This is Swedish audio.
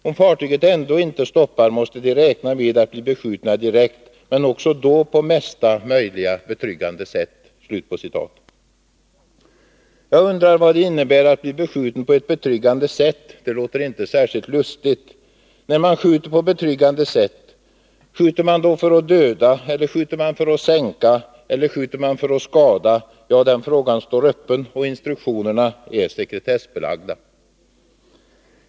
Om fartygen ändå inte stoppar måste de räkna med att bli beskjutna direkt, men också då på mesta möjliga betryggande sätt.” Jag undrar vad det innebär att bli beskjuten på ett betryggande sätt. Det låter inte särskilt lustigt. När man skjuter på betryggande sätt, skjuter man då för att döda, för att sänka eller för att skada? Ja, den frågan står öppen, och instruktionerna är sekretessbelagda.